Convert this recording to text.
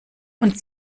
und